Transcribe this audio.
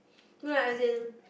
no lah as in